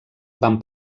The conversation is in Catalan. van